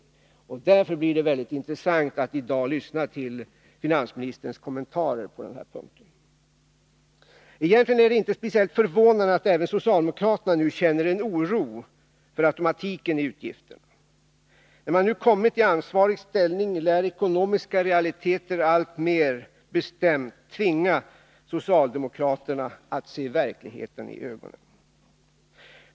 Det skall därför bli väldigt intressant att i dag få lyssna till finansministerns kommentarer på denna punkt. Egentligen är det inte speciellt förvånande att även socialdemokraterna känner oro för automatiken i utgifterna. När socialdemokraterna nu har kommit i ansvarig ställning, lär ekonomiska realiteter alltmer bestämt tvinga dem att se verkligheten i ögonen.